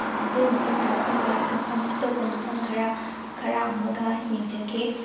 ꯑꯗꯨꯒꯤ ꯃꯇꯨꯡꯗ ꯑꯩꯈꯣꯏꯅ ꯃꯐꯝ ꯑꯇꯣꯞꯄ ꯃꯐꯝ ꯈꯔ ꯈꯔ ꯑꯃꯒ ꯌꯦꯡꯖꯈꯤ